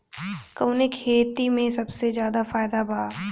कवने खेती में सबसे ज्यादा फायदा बा?